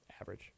Average